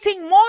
more